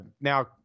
now